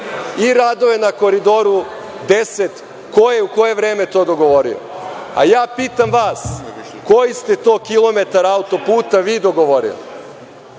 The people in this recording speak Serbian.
I radove na Koridoru 10, ko je, u koje vreme to dogovorio.A ja pitam vas, koji ste to kilometar autoputa vi dogovorili?